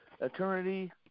eternity